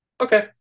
Okay